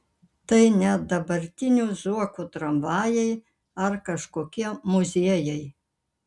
tai ne dabartinio zuoko tramvajai ar kažkokie muziejai